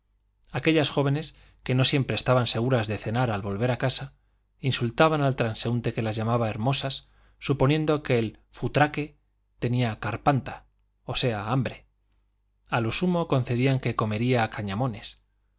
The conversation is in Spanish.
aquellas jóvenes que no siempre estaban seguras de cenar al volver a casa insultaban al transeúnte que las llamaba hermosas suponiendo que el futraque tenía carpanta o sea hambre a lo sumo concedían que comería cañamones